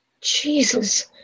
Jesus